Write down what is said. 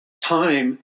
time